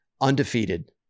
undefeated